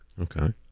Okay